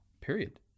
Period